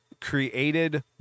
created